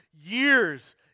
years